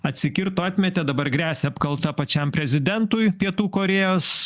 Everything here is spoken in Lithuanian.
atsikirto atmetė dabar gresia apkalta pačiam prezidentui pietų korėjos